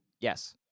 Yes